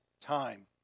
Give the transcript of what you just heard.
time